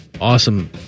awesome –